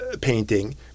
painting